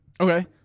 Okay